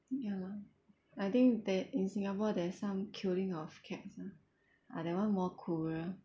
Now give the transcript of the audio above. ya lah I think that in singapore there's some killing of cats ah ah that one more crueller